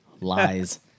Lies